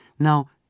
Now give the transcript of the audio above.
Now